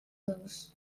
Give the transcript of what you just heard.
dolç